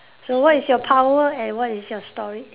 so what is your power and what is your story